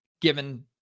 given